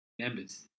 members